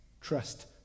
trust